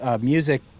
music